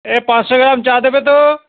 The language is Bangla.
এ পাঁচশো গ্রাম চা দেবে তো